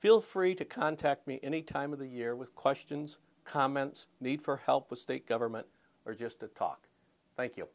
feel free to contact me any time of the year with questions comments need for help with state government or just to talk thank you